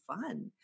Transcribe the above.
fun